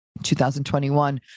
2021